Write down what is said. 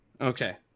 okay